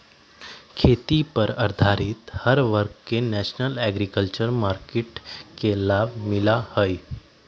खेती पर आधारित हर वर्ग के नेशनल एग्रीकल्चर मार्किट के लाभ मिला हई